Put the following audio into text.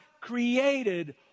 created